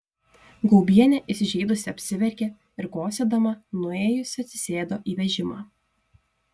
gaubienė įsižeidusi apsiverkė ir kosėdama nuėjusi atsisėdo į vežimą